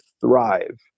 thrive